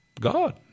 God